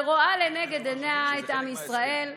שרואה לנגד עיניה את עם ישראל,